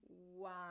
one